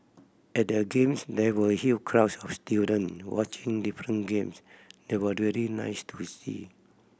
at the Games there were huge crowds of student watching different games they was really nice to see